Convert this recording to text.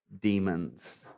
demons